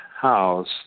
house